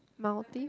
multi